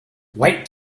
wait